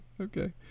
Okay